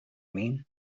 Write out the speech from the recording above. mean